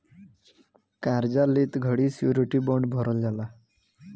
कार्जा लेत घड़ी श्योरिटी बॉण्ड भरवल जाला